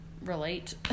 relate